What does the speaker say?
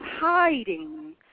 hiding